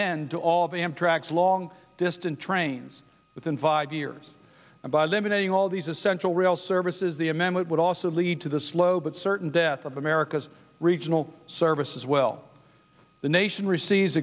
to all the amtrak long distance trains within five years and by limiting all these essential rail services the amendment would also lead to the slow but certain death of america's regional service as well the nation receives